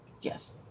yes